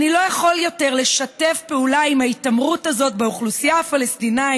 אני לא יכול יותר לשתף פעולה עם ההתעמרות הזאת באוכלוסייה הפלסטינית